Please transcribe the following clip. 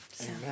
Amen